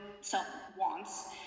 self-wants